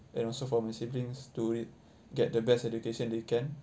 and also for my siblings to re~ get the best education they can